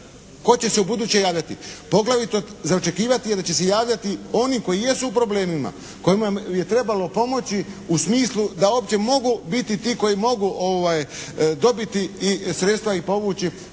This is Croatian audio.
Tko će se ubuduće javljati? Poglavito za očekivati je da će se javljati oni koji jesu u problemima. Kojima je trebalo pomoći u smislu da uopće mogu biti ti koji mogu, ovaj, dobiti i sredstva i povući